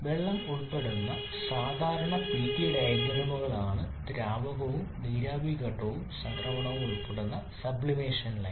വെള്ളം ഉൾപ്പെടുന്ന സാധാരണ പിടി ഡയഗ്രാമുകളാണ് ദ്രാവകവും നീരാവി ഘട്ടം സംക്രമണവും ഉൾപ്പെടുന്ന സബ്ലിമേഷൻ ലൈൻ